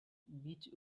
beech